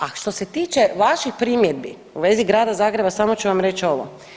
A što se tiče vaših primjedbi u vezi Grada Zagreba samo ću vam reći ovo.